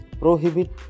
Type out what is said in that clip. prohibit